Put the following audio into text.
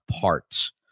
parts